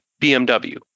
BMW